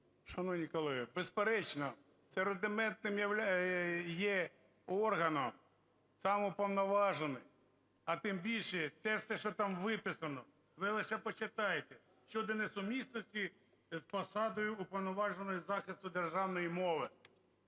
Шановні колеги, безперечно, це рудиментним є органом сам уповноважений, а тим більше в тексті, що там виписано, ви лише почитайте, щодо несумісності з посадою Уповноваженого із захисту державної мови.